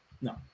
no